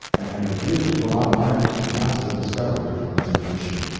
and had refused to allow miners to blast the discovery from its position.